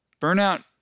Burnout